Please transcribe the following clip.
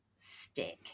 stick